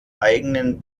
eigenen